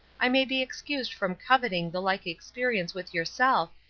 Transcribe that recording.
i may be excused from coveting the like experience with yourself,